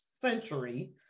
century